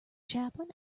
chaplain